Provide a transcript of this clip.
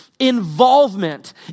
involvement